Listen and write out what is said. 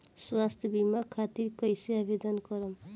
स्वास्थ्य बीमा खातिर कईसे आवेदन करम?